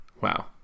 wow